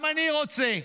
גם אני רוצה.